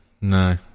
No